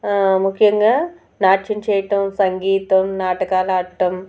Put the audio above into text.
ముఖ్యంగా నాట్యం చేయటం సంగీతం నాటకాలు ఆడటం